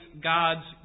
God's